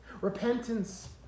Repentance